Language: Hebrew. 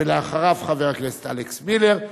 ואחריו, חבר הכנסת אלכס מילר.